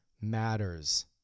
matters